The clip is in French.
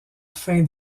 fin